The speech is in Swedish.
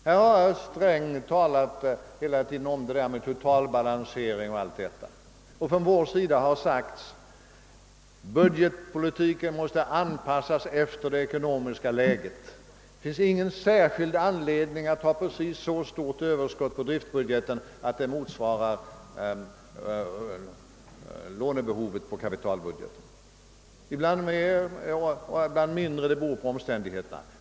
Här har herr Sträng i ett årtionde talat om totalbalansering medan vi från vår sida framhållit, att budgetpolitiken måste anpassas efter det ekonomiska läget. Det finns inga skäl att ha precis så stort överskott på driftbudgeten att det motsvarar lånebehovet på kapitalbudgeten. Det bör ibland vara mer och ibland mindre — beroende på omständigheterna.